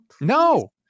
No